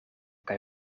kaj